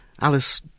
Alice